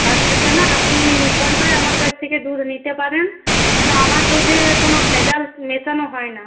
আচ্ছা জানা আপনি ভরসায় আমার কাছ থেকে দুধ নিতে পারেন কেন আমার দুধে কোনো ভেজাল মেশানো হয় না